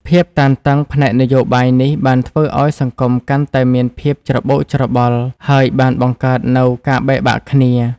ភាពតានតឹងផ្នែកនយោបាយនេះបានធ្វើឲ្យសង្គមកាន់តែមានភាពច្របូកច្របល់ ហើយបានបង្កើតនូវការបែកបាក់គ្នា។